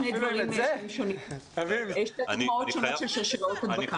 אנחנו לא טוענים, אף אחד מאיתנו, לא אני